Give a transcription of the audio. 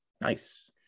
Nice